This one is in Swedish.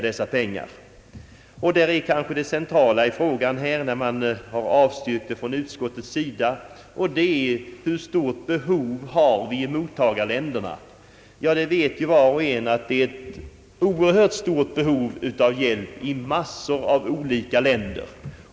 Den centrala frågan när utskottsmajoriteten avstyrkt har väl varit hur stort behov det finns i mottagarländerna. Ja, var och en vet ju att hjälpbehovet är oerhört stort i massor av länder.